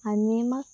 आनी म्हाका